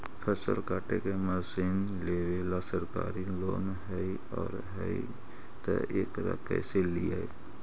फसल काटे के मशीन लेबेला सरकारी लोन हई और हई त एकरा कैसे लियै?